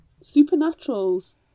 Supernaturals